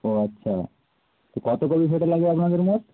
ও আচ্ছা তো কত কপি ফটো লাগবে আপনাদের মোট